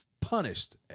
punished